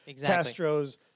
Castro's